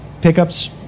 pickups